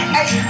Hey